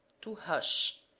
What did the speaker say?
to hush,